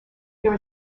there